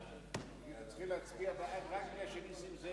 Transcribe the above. ההצעה להעביר את הצעת חוק